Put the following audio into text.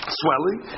swelling